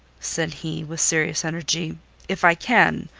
said he, with serious energy if i can,